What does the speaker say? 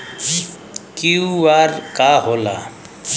QR का होला?